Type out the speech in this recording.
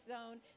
Zone